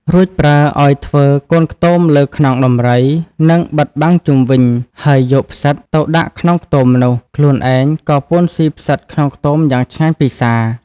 រួចប្រើឲ្យធ្វើកូនខ្ទមលើខ្នងដំរី និងបិទបាំងជុំវិញ ហើយយកផ្សិតទៅដាក់ក្នុងខ្ទមនោះ។ ខ្លួនឯងក៏ពួនស៊ីផ្សិតក្នុងខ្ទមយ៉ាងឆ្ងាញ់ពិសា។